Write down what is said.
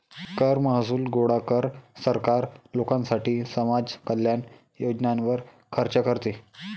कर महसूल गोळा कर, सरकार लोकांसाठी समाज कल्याण योजनांवर खर्च करते